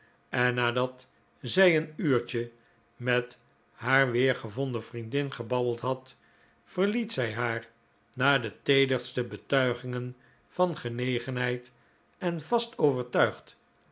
en nadat zij een uurtje met haar weergevonden vriendin gebabbeld had verliet zij haar na de teederste betuigingen van genegenheid en vast overtuigd